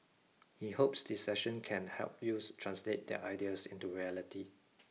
he hopes the session can help youths translate their ideas into reality